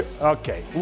okay